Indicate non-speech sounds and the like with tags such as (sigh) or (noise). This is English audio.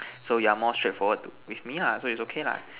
(noise) so you are more straightforward to with me lah so is okay lah